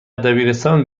دبیرستان